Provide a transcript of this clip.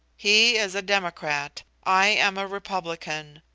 he is a democrat, i am a republican.